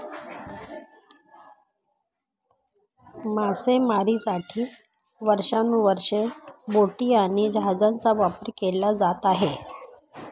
मासेमारीसाठी वर्षानुवर्षे बोटी आणि जहाजांचा वापर केला जात आहे